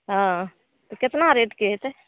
हँ तऽ केतना रेटके हेतै